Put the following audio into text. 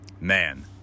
man